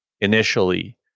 initially